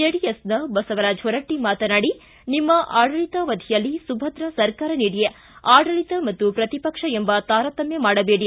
ಜೆಡಿಎಸ್ನ ಬಸವರಾಜ ಹೊರಟ್ಟಿ ಮಾತನಾಡಿ ನಿಮ್ನ ಆಡಳಿತಾವಧಿಯಲ್ಲಿ ಸುಭದ್ರ ಸರ್ಕಾರ ನೀಡಿ ಆಡಳಿತ ಮತ್ತು ಪ್ರತಿಪಕ್ಷ ಎಂಬ ತಾರತಮ್ಮ ಮಾಡಬೇಡಿ